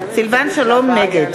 נגד